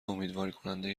امیدوارکننده